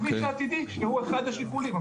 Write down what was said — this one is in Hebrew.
הכביש העתידי שהוא אחד השיקולים,